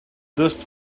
dust